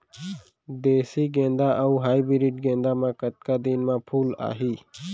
देसी गेंदा अऊ हाइब्रिड गेंदा म कतका दिन म फूल आही?